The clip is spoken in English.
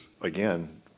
again